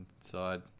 inside